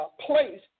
place